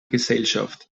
gesellschaft